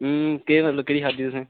केह् मतलब केह्ड़ी खाद्धी तुसें